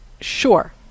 sure